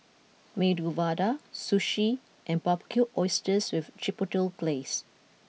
Medu Vada Sushi and Barbecued Oysters with Chipotle Glaze